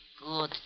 Good